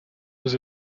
was